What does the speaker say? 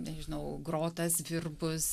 nežinau grotas virbus